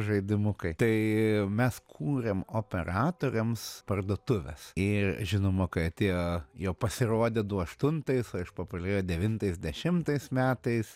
žaidimukai tai mes kūrėm operatoriams parduotuves ir žinoma kai atėjo jo pasirodė du aštuntais o išpopuliarėjo devintais dešimtais metais